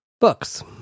books